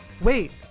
Wait